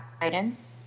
guidance